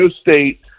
State